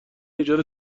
ایجاد